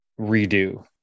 redo